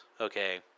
Okay